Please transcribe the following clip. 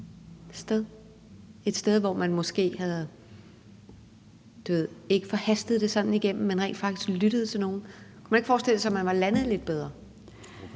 et sted, hvor man måske ikke havde hastet det sådan igennem, men rent faktisk havde lyttet til nogen? Kunne man ikke forestille sig, at man var landet lidt bedre?